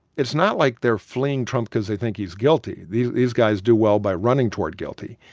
it's not like they're fleeing trump because they think he's guilty. these these guys do well by running toward guilty.